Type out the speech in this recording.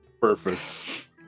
Perfect